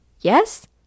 Yes